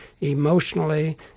emotionally